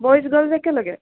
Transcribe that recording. boys girls একেলগে